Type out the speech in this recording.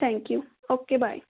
thank you okay bye